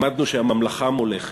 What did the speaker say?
למדנו שהממלכה מולכת,